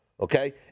Okay